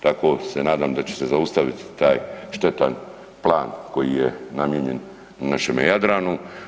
Tako se nadam da će se zaustaviti taj štetan plan koji je namijenjen našem Jadranu.